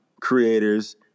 creators